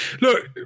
Look